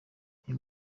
uyu